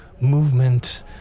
movement